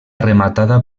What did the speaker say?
rematada